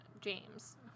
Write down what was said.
James